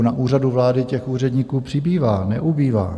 Na Úřadu vlády těch úředníků přibývá, ne ubývá.